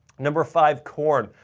number five, corn.